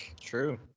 True